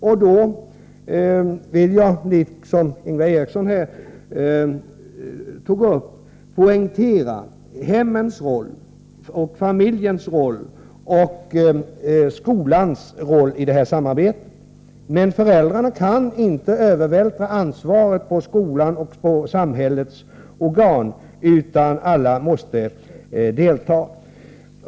Jag vill, liksom Ingvar Eriksson gjorde, poängtera hemmens, familjens och skolans roll i samarbetet mot drogmissbruk. Men föräldrarna kan inte övervältra ansvaret på skolan och samhällets organ, utan alla måste delta.